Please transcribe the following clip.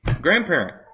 Grandparent